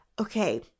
Okay